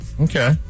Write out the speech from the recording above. Okay